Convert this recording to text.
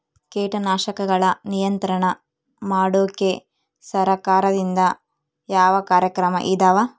ಕೇಟನಾಶಕಗಳ ನಿಯಂತ್ರಣ ಮಾಡೋಕೆ ಸರಕಾರದಿಂದ ಯಾವ ಕಾರ್ಯಕ್ರಮ ಇದಾವ?